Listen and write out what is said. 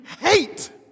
hate